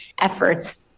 efforts